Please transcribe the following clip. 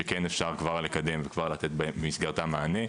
שכן אפשר כבר לקדם וכבר לתת במסגרתם מענה,